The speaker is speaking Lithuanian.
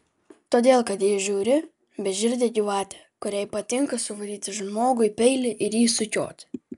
todėl kad ji žiauri beširdė gyvatė kuriai patinka suvaryti žmogui peilį ir jį sukioti